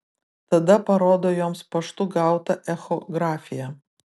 tada parodo joms paštu gautą echografiją